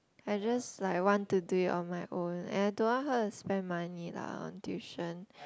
I just like want to do it on my own and I don't want her to spend money lah on tuition